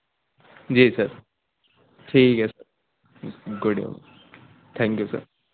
جی sir ٹھیک ہے sir good evening thank you sir